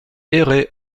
errer